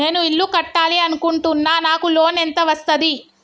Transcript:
నేను ఇల్లు కట్టాలి అనుకుంటున్నా? నాకు లోన్ ఎంత వస్తది?